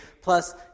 plus